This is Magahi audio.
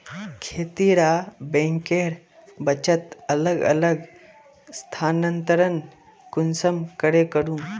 खेती डा बैंकेर बचत अलग अलग स्थानंतरण कुंसम करे करूम?